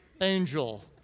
angel